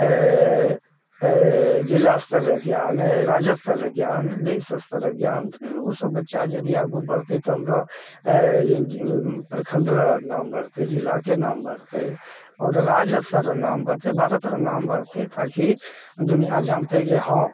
जिला स्तर ज्ञान राज्य स्तर ज्ञान देश स्तरक ज्ञान उ सब बच्चा यदि आगू बढ़तै तऽ हमरो प्रखण्डके नाम बढ़तै जिलाके नाम बढ़तै आओर राज्य स्तरके नाम बढ़तै ताकि दुनिया जानतै कि हँ